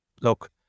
Look